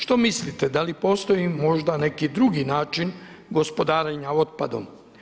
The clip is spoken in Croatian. Što mislite da li postoji možda neki drugi način gospodarenja otpadom?